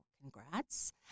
Congrats